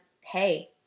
hey